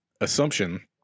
assumption